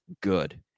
good